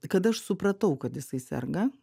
kada aš supratau kad jisai serga